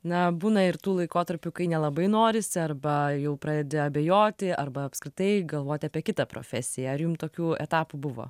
na būna ir tų laikotarpių kai nelabai norisi arba jau pradedi abejoti arba apskritai galvoti apie kitą profesiją ar jum tokių etapų buvo